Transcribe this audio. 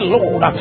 Lord